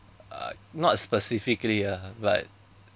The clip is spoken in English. uh not specifically ah but